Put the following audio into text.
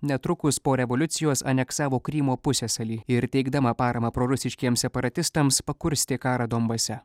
netrukus po revoliucijos aneksavo krymo pusiasalį ir teikdama paramą prorusiškiems separatistams pakurstė karą donbase